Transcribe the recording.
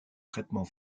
traitement